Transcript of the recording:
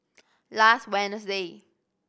last Wednesday